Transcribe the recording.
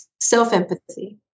self-empathy